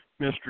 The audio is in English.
Mr